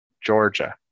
Georgia